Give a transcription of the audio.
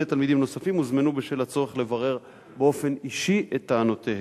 שני תלמידים נוספים הוזמנו בשל הצורך לברר באופן אישי את טענותיהם.